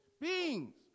beings